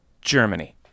Germany